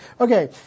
Okay